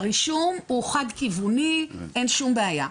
הרישום הוא חד כיווני, אין שום בעיה.